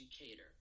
educator